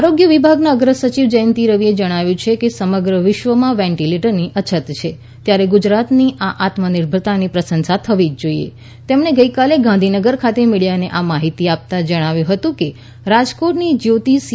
આરોગ્ય વિભાગનાં અગ્ર સચિવ જયંતિ રવિએ જણાવ્યુ છે કે સમગ્ર વિશ્વમાં વેન્ટિલેટરની અછત છે ત્યારે ગુજરાતની આ આત્મનિર્ભરતાની પ્રશંસા થવી જોઈએ તેમણે ગઈકાલે ગાંધીનગર ખાતે મીડિયાને આ માહિતી આપણા જણાવ્યું હતું કે રાજકોટની જ્યોતિ સી